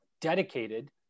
dedicated